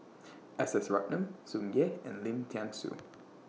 S S Ratnam Tsung Yeh and Lim Thean Soo